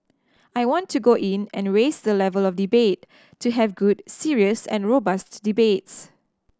I want to go in and raise the level of debate to have good serious and robust debates